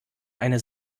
eine